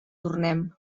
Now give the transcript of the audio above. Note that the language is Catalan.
tornem